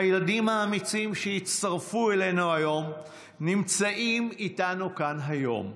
הילדים האמיצים שהצטרפו אלינו היום נמצאים איתנו כאן היום.